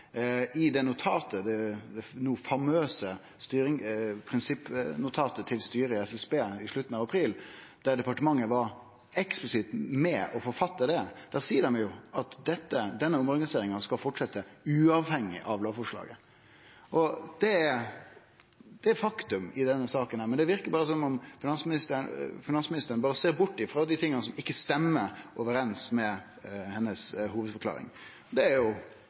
det no famøse prinsippnotatet til styret i SSB i slutten av april – departementet var eksplisitt med å forfatte det – seier dei at denne omorganiseringa skal fortsetje uavhengig av lovforslaget. Det er faktum i denne saka. Men det verkar som om finansministeren berre ser bort ifrå dei tinga som ikkje stemmer overeins med hovudforklaringa hennar. Det